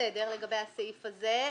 בסדר לגבי הסעיף הזה.